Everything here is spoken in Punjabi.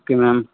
ਕਿਵੇਂ